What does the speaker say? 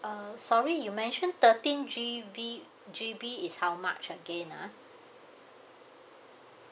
uh sorry you mentioned thirteen G_B G_B is how much again ah